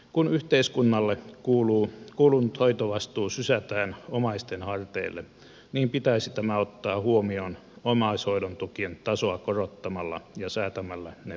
kun yhteiskunnalle kuulunut hoitovastuu sysätään omaisten harteille pitäisi tämä ottaa huomioon omaishoidon tukien tasoa korottamalla ja säätämällä ne verovapaaksi tuloksi